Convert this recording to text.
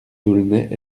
d’aulnay